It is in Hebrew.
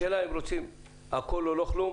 השאלה היא האם רוצים הכול לא כלום